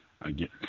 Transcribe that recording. Again